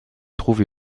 trouve